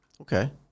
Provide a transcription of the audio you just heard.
Okay